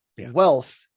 wealth